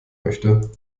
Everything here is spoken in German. möchte